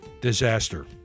disaster